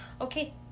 Okay